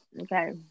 Okay